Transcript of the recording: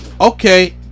okay